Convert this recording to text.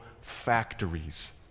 factories